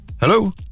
Hello